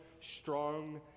strong